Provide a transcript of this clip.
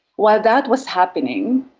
while that was happening,